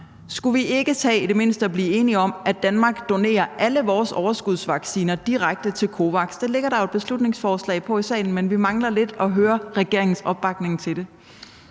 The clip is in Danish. ikke tage og blive enige om, at Danmark donerer alle sine overskudsvacciner direkte til COVAX? Det ligger der jo et beslutningsforslag om i salen, men vi mangler lidt at høre regeringens opbakning til det.